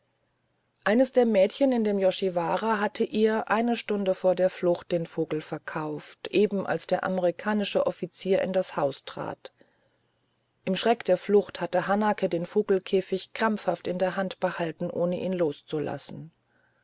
eines der mädchen in dem yoshiwara hatte ihr eine stunde vor der flucht den vogel verkauft eben als der amerikanische offizier in das haus trat im schreck der flucht hatte hanake den vogelkäfig krampfhaft in der hand behalten ohne ihn loszulassen